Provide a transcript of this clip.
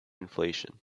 inflation